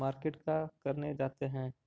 Market का करने जाते हैं?